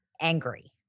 angry